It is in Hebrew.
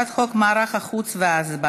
הצעת חוק מערך החוץ וההסברה,